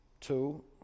two